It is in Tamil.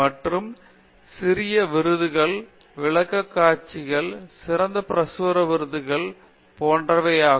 மற்றும் சிறிய விருதுகள் விளக்கக்காட்சிகள் சிறந்த பிரசுர விருதுகள் போன்றவை ஆகும்